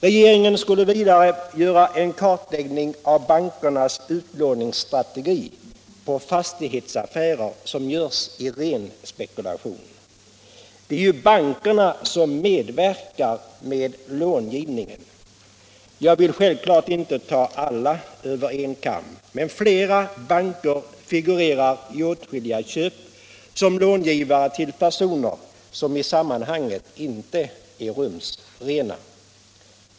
Regeringen skulle vidare göra en kartläggning av bankernas utlåningsstrategi vid fastighetsaffärer som görs i ren spekulation. Det är ju bankerna som medverkar med långivningen. Jag vill självklart inte skära alla över en kam. Men flera banker figurerar i åtskilliga köp som långivare till personer som i sammanhanget inte är rumsrena.